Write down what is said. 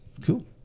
cool